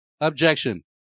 Objection